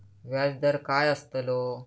व्याज दर काय आस्तलो?